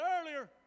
earlier